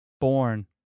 Born